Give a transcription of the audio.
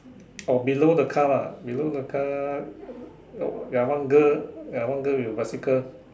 or below the car lah below the car ya one girl ya one girl with a bicycle